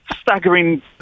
staggering